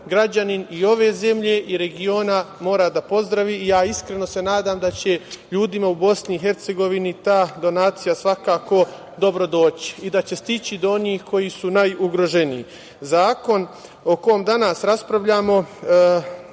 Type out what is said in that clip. građanin i ove zemlje i regiona mora da pozdravi. Iskreno se nadam da će ljudima u Bosni i Hercegovini ta donacija svakako dobro doći i da će stići do onih koji su najugroženiji. Zakon o kome danas raspravljamo